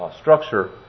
structure